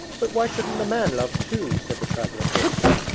but why shouldn't the man love too said the traveller thoughtfully,